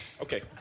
Okay